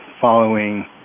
following